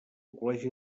col·legi